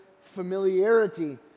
familiarity